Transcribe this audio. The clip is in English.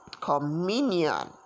communion